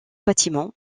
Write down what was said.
bâtiment